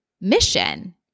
mission